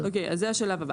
אוקיי אז זה השלב הבא.